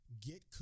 Get